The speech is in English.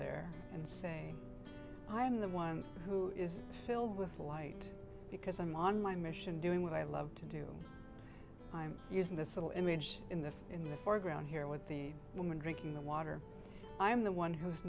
there and say i am the one who is filled with white because i'm on my mission doing what i love to do i'm using the civil image in the in the foreground here with the woman drinking the water i am the one who's